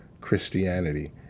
christianity